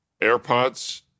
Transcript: AirPods